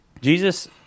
Jesus